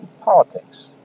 politics